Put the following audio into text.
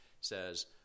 says